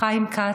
חיים כץ,